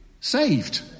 saved